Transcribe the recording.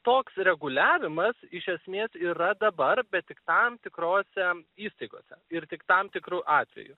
toks reguliavimas iš esmės yra dabar bet tik tam tikrose įstaigose ir tik tam tikru atveju